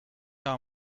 our